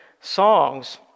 songs